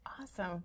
Awesome